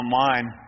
online